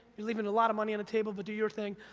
you're leaving a lot of money on the table, but do your thing.